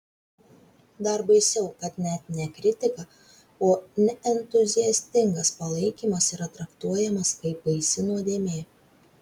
dar baisiau kad net ne kritika o neentuziastingas palaikymas yra traktuojamas kaip baisi nuodėmė